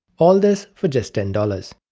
all this, for just ten dollars.